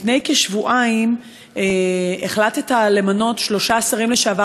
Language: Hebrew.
לפני כשבועיים החלטת למנות שלושה שרים לשעבר